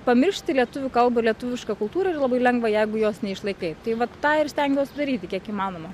pamiršti lietuvių kalbą lietuvišką kultūrą yra labai lengva jeigu jos neišlaikai tai vat tą ir stengiuos daryti kiek įmanoma